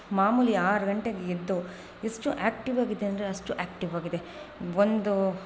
ಮಾಮೂಲಿ ಆರು ಗಂಟೆಗೆ ಎದ್ದು ಎಷ್ಟು ಆ್ಯಕ್ಟಿವಾಗಿದೆ ಅಂದರೆ ಅಷ್ಟು ಆ್ಯಕ್ಟಿವಾಗಿದೆ ಒಂದು